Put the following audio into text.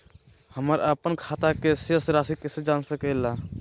हमर अपन खाता के शेष रासि कैसे जान सके ला?